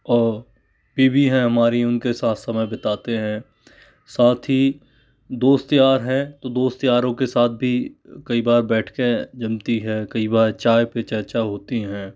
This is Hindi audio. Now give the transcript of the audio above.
और बीवी है हमारी उनके साथ समय बिताते हैं साथ ही दोस्त यार हैं तो दोस्त यारों के साथ भी कई बार बैठ के जमती है कई बार चाय पर चर्चा होती हैं